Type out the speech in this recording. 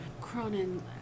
Cronin